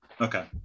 Okay